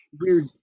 weird